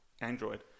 Android